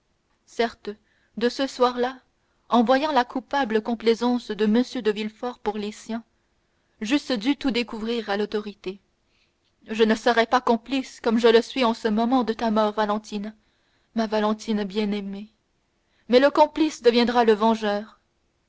certes de ce soir-là en voyant la coupable complaisance de m de villefort pour les siens j'eusse dû tout découvrir à l'autorité je ne serais pas complice comme je le suis en ce moment de ta mort valentine ma valentine bien-aimée mais le complice deviendra le vengeur